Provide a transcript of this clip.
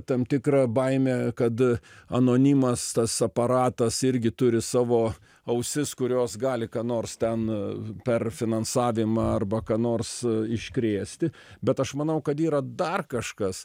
tam tikra baimė kad anonimas tas aparatas irgi turi savo ausis kurios gali ką nors ten per finansavimą arba ką nors iškrėsti bet aš manau kad yra dar kažkas